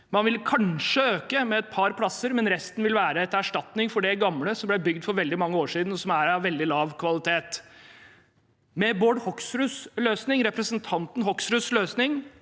Man vil kanskje øke med et par plasser, men resten vil være til erstatning for det gamle, som ble bygd for veldig mange år siden, og som er av veldig lav kvalitet. Med representanten Bård Hoksruds løsning